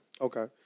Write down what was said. Okay